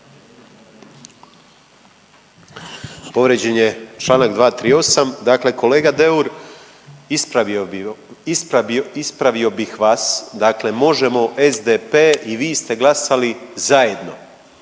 Povrijeđen je čl. 238., dakle kolega Deur ispravio bih vas, dakle Možemo!, SDP i vi ste glasali zajedno,